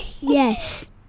Yes